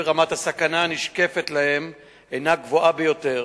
ורמת הסכנה הנשקפת להם הינה גבוהה ביותר.